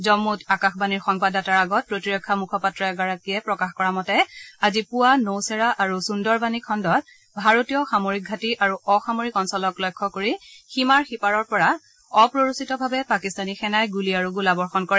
জম্মুত আকাশবাণীৰ সংবাদদাতাৰ আগত প্ৰতিৰক্ষা মুখপাত্ৰ এগৰাকীয়ে প্ৰকাশ কৰা মতে আজি পুৱা নৌচেৰা আৰু সুন্দৰবাণী খণ্ডত ভাৰতীয় সামৰিক ঘাটি আৰু অসামৰিক অঞ্চলক লক্ষ্য কৰি সীমাৰ সীপাৰৰ পৰা অপ্ৰৰোচিতভাৱে পাকিস্তানী সেনাই গুলী আৰু গোলাবৰ্ষণ কৰে